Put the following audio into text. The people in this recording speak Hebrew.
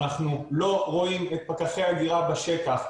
אנחנו לא רואים את פקחי ההגירה בשטח.